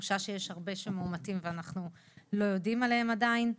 התחושה שיש הרבה שמאומתים ואנחנו לא יודעים עליהם עדיין,